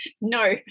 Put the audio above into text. No